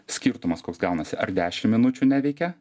skirtumas koks gaunasi ar dešimt minučių neveikia